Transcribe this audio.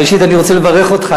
ראשית אני רוצה לברך אותך,